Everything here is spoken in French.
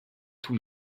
tous